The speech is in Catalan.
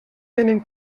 tenen